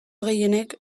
gehienek